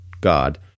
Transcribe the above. God